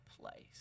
place